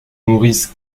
maurice